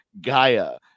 Gaia